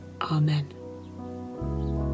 Amen